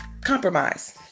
compromise